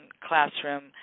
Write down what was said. classroom